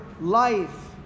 life